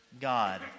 God